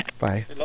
Bye